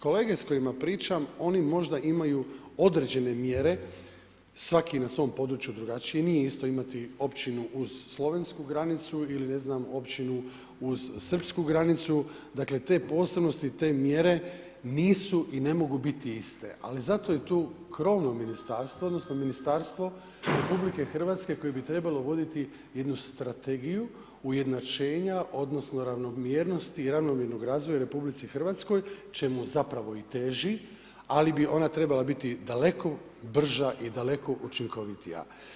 Kolege s kojima pričam, oni možda imaju određene mjere svaki na svom području drugačije, nije isto imati općinu uz slovensku granicu ili ne znam općinu uz srpsku granicu, dakle te posebnosti, te mjere nisu i ne mogu biti iste ali zato je tu krovno ministarstvo, odnosno ministarstvo RH koje bi trebalo voditi jednu strategiju u jednačenja odnosno ravnomjernosti i ravnomjernog razvoja u RH čemu zapravo i teži ali bi ona trebala biti daleko brža i daleko učinkovitija.